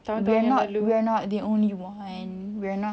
we're not we're not the only one we're not